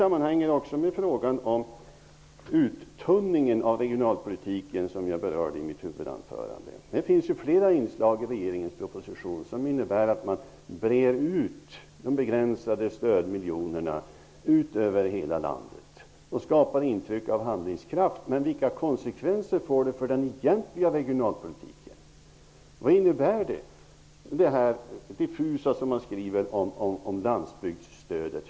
Vidare har vi frågan om uttunningen i regionalpolitiken som jag berörde i mitt huvudanförande. Det finns flera inslag i regeringens proposition som innebär att de begränsade stödmiljonerna ges ut över hela landet. Det skapar ett intryck av handlingskraft. Men vilka konsekvenser får detta för den egentliga regionalpolitiken? Vad innebär det diffusa som har skrivits om landsbygdsstödet?